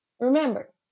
Remember